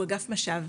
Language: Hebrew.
הוא אגף מש"ב,